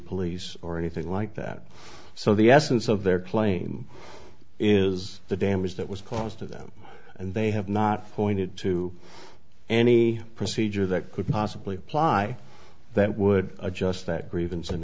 police or anything like that so the essence of their plane is the damage that was caused to them and they have not going to add to any procedure that could possibly apply that would adjust that grievance in